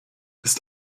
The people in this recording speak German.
ist